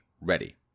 ready